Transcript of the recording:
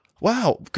Wow